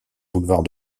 boulevard